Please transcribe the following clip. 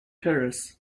terrace